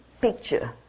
picture